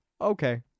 okay